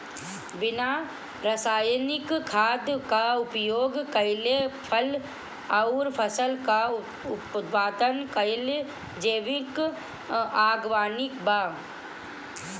बिना रासायनिक खाद क उपयोग कइले फल अउर फसल क उत्पादन कइल जैविक बागवानी बा